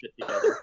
together